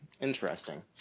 Interesting